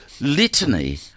litany